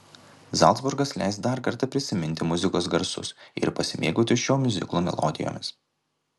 zalcburgas leis dar kartą prisiminti muzikos garsus ir pasimėgauti šio miuziklo melodijomis